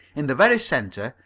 in the very centre,